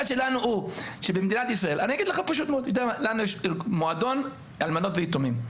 לנו יש מועדון אלמנות ויתומים.